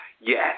Yes